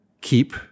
keep